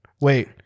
Wait